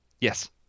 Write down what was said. Yes